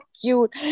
cute